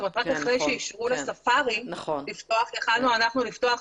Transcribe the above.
רק אחרי שאישרו לספארי לפתוח יכולנו אנחנו לפתוח,